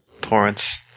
Torrance